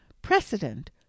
precedent